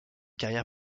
carrière